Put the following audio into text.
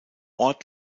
ort